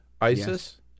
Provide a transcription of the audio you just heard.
ISIS